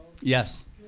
yes